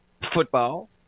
football